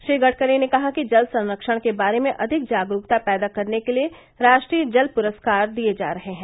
श्री गड़करी ने कहा कि जल संरक्षण के बारे में अधिक जागरूकता पैदा करने के लिए राष्ट्रीय जल पुरस्कार दिए जा रहे हैं